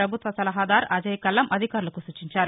ప్రపభుత్వ సలహాదారు అజయ్కల్లం అధికారులకు సూచించారు